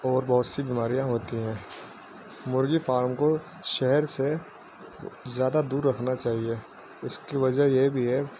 اور بہت سی بیماریاں ہوتی ہیں مرغی فارم کو شہر سے زیادہ دور رکھنا چاہیے اس کی وجہ یہ بھی ہے